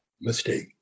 mistake